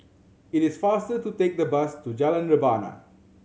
it is faster to take the bus to Jalan Rebana